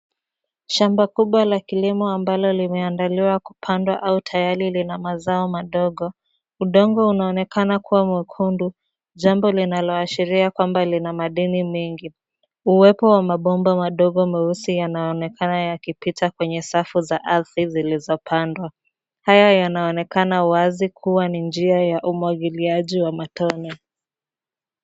Shamba kubwa la kilimo ambalo limeandaliwa kupandwa au tayari lina mazao madogo. Udongo unaonekana kuwa mwekundu, jambo linaloashiria kwamba lina madini mingi. Uwepo wa mabomba madogo meusi yanaonekana yakipita kwenye safu za ardhi zilizopandwa. Haya yanaonekana wazi kuwa ni njia ya umwagiliaji wa matone.